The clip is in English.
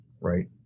right